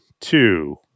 two